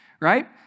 Right